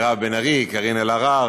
מירב בן ארי, קארין אלהרר,